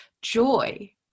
joy